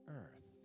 earth